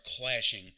clashing